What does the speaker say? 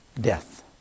death